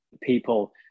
people